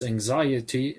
anxiety